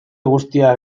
guztia